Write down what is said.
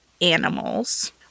animals